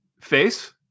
face